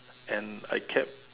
and I kept